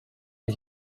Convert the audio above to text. gen